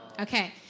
Okay